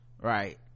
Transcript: right